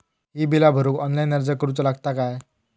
ही बीला भरूक ऑनलाइन अर्ज करूचो लागत काय?